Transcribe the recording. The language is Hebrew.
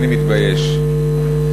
אני מתבייש.